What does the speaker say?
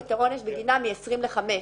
את העונש בגינם מ-20 שנים ל-15 שנים,